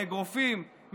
מאגרופים,